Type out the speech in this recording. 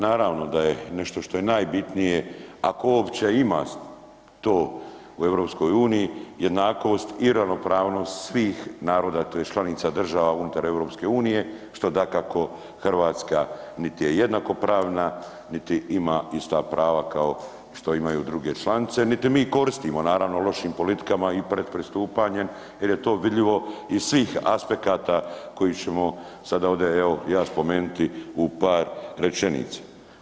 Naravno da je nešto što je najbitnije ako uopće ima to u EU jednakost i ravnopravnost svih naroda tj. članica država unutar EU što dakako Hrvatska niti je jednakopravna, niti ima ista prava kao što imaju druge članice, niti mi koristimo naravno lošim politikama i pretpristupanjem jer je to vidljivo iz svih aspekata koji ćemo sada ovdje evo ja spomenuti u par rečenica.